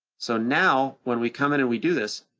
so now when we come in and we do this,